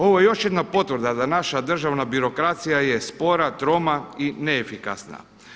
Ovo je još jedna potvrda da naša državna birokracija je spora, troma i neefikasna.